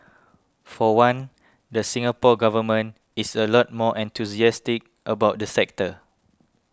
for one the Singapore Government is a lot more enthusiastic about the sector